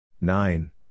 Nine